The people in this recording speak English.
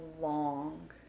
long